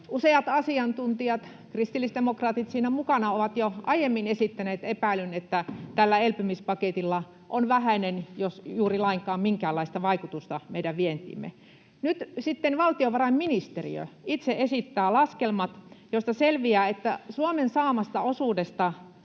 Useat asiantuntijat — kristillisdemokraatit siinä mukana — ovat jo aiemmin esittäneet epäilyn, että tällä elpymispaketilla on vähäinen, jos juuri minkäänlaista vaikutusta meidän vientiimme. Nyt sitten valtiovarainministeriö itse esittää laskelmat, joista selviää, että Suomen saamasta osuudesta